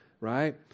right